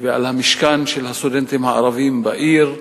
ועל המשכן של סטודנטים ערבים בעיר.